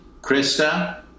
Krista